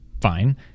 fine